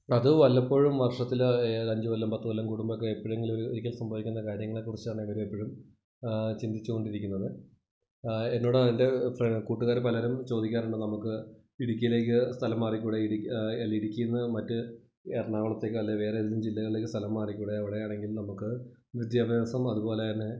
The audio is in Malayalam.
അത് വല്ലപ്പോഴും വര്ഷത്തിൽ അഞ്ച് കൊല്ലം പത്ത് കൊല്ലം കൂടുമ്പം ഒക്കെ എപ്പോഴെങ്കിലും ഒരു ഒരിക്കൽ സംഭവിക്കുന്ന കാര്യങ്ങളെ കുറിച്ചാണ് ഇവർ ഇപ്പോഴും ചിന്തിച്ചു കൊണ്ടിരിക്കുന്നത് എന്നോട് എന്റെ കൂട്ടുകാർ പലരും ചോദിക്കാറുണ്ട് നമുക്ക് ഇടുക്കിയിലേക്ക് സ്ഥലം മാറിക്കൂടെ അല്ല ഇടുക്കിയിൽ നിന്ന് മറ്റ് എറണാകുളത്തേക്കോ അല്ലേ വേറെ ഏതെങ്കിലും ജില്ലകളിൽ സ്ഥലം മാറിക്കൂടെ എവിടെ ആണെങ്കിലും നമുക്ക് വിദ്യാഭ്യാസം അതുപോലെ തന്നെ